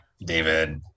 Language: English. David